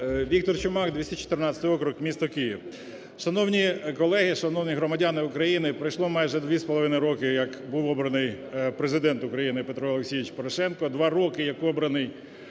Віктор Чумак, 214 округ, місто Київ. Шановні колеги, шановні громадяни України! Пройшло майже 2,5 роки як був обраний Президент України Петро Олексійович Порошенко, два роки як обраний